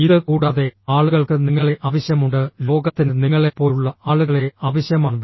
ഇത് കൂടാതെ ആളുകൾക്ക് നിങ്ങളെ ആവശ്യമുണ്ട് ലോകത്തിന് നിങ്ങളെപ്പോലുള്ള ആളുകളെ ആവശ്യമാണ്